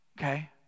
Okay